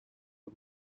for